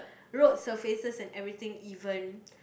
road surfaces and everything even